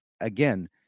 again